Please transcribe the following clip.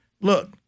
Look